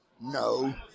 no